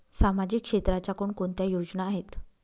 सामाजिक क्षेत्राच्या कोणकोणत्या योजना आहेत?